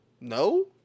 No